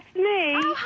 me.